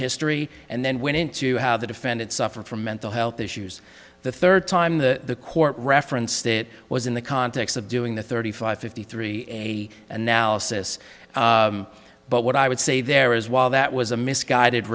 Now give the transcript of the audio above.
history and then went into how the defendant suffered from mental health issues the third time the court referenced it was in the context of doing the thirty five fifty three analysis but what i would say there is while that was a misguided